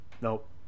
Nope